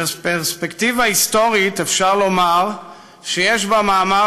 בפרספקטיבה היסטורית אפשר לומר שיש במאמר